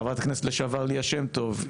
חברת הכנסת לשעבר ליה שמטוב,